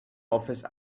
office